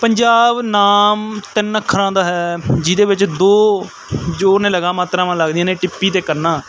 ਪੰਜਾਬ ਨਾਮ ਤਿੰਨ ਅੱਖਰਾਂ ਦਾ ਹੈ ਜਿਹਦੇ ਵਿੱਚ ਦੋ ਜੋ ਨੇ ਲਗਾ ਮਾਤਰਾਵਾਂ ਲੱਗਦੀਆਂ ਨੇ ਟਿੱਪੀ ਤੇ ਕੰਨਾ